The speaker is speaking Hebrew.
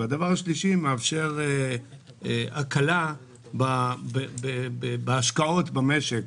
הדבר השלישי מאפשר הקלה בהשקעות במשק,